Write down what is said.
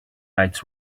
lights